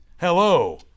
Hello